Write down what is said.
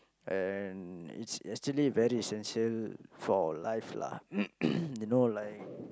and it's actually very essential for life lah you know like